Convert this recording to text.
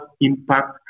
impact